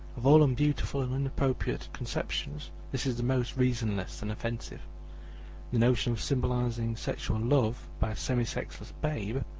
of all unbeautiful and inappropriate conceptions this is the most reasonless and offensive. the notion of symbolizing sexual love by a semisexless babe,